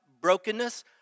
brokenness